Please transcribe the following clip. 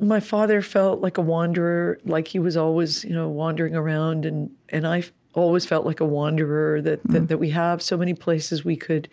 my father felt like a wanderer, like he was always you know wandering around. and and i've always felt like a wanderer, that that we have so many places we could